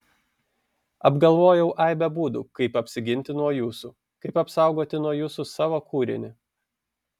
apgalvojau aibę būdų kaip apsiginti nuo jūsų kaip apsaugoti nuo jūsų savo kūrinį